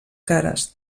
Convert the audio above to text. cares